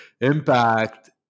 impact